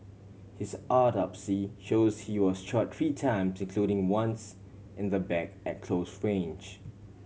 his autopsy shows he was shot three times including once in the back at close range